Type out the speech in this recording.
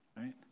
right